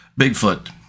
Bigfoot